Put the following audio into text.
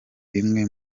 bimwe